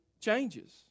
changes